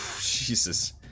Jesus